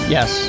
Yes